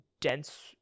dense